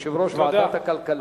יושב-ראש ועדת הכלכלה.